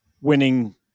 winning